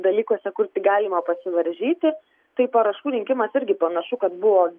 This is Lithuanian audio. dalykuose kur tik galima pasivaržyti tai parašų rinkimas irgi panašu kad buvo